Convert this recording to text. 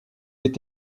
est